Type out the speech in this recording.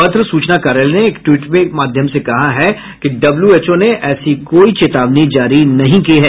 पत्र सूचना कार्यालय ने एक ट्वीट के माध्यम से कहा है कि डब्ल्यूएचओ ने ऐसी कोई चेतावनी जारी नहीं की है